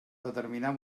determinar